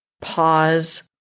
pause